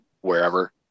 wherever